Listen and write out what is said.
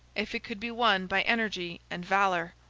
if it could be won by energy and valour.